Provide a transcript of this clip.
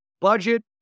budget